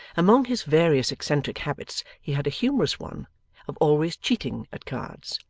among his various eccentric habits he had a humorous one of always cheating at cards,